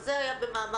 אז זה היה כפתיח.